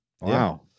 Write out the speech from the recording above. Wow